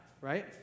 right